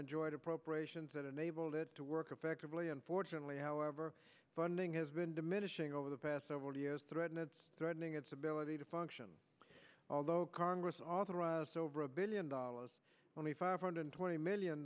enjoyed appropriations that enabled it to work effectively unfortunately however funding has been diminishing over the past several years threaten its threatening its ability to function although congress authorized over a billion dollars twenty five hundred twenty million